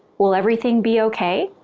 will everything be ok?